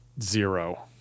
zero